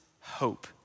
hope